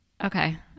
Okay